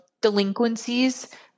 delinquencies